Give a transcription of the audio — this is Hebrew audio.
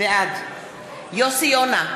בעד יוסי יונה,